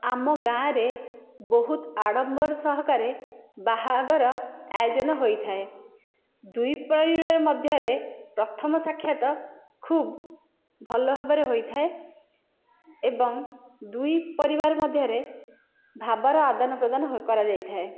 ଆମ ଗାଁ ରେ ବହୁତ ଆଡ଼ମ୍ବର ସହକାରେ ବାହାଘର ଆୟୋଜନ ହୋଇଥାଏ ଦୁଇ ପରିବାର ମଧ୍ୟରେ ପ୍ରଥମ ସାକ୍ଷାତ ଖୁବ ଭଲ ଭାବରେ ହୋଇଥାଏ ଏବଂ ଦୁଇ ପରିବାର ମଧ୍ୟରେ ଭାବର ଆଦାନ ପ୍ରଦାନ କରାଯାଇଥାଏ